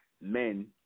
men